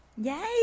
yay